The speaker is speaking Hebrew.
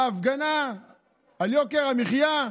בהפגנה על יוקר המחיה.